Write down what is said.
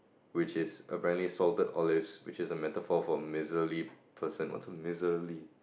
which is apparently salted olives which is a metaphor for miserly person what's a miserly